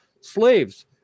slaves